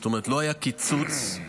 זאת אומרת, לא היה קיצוץ, בפועל?